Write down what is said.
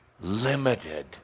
limited